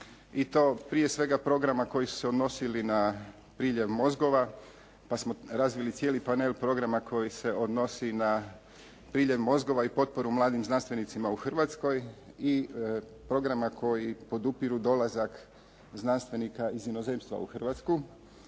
i to prije svega programa koji su se odnosili na priljev mozgova, pa smo razvili cijeli panel programa koji se odnosi na priljev mozgova i potporu mladim znanstvenicima u Hrvatskoj i programa koji podupiru dolazak znanstvenika iz inozemstva u Hrvatsku.